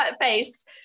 face